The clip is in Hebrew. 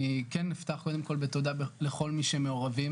אני כן אפתח קודם כל בתודה לכל מי שמעורבים,